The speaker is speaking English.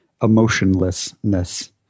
emotionlessness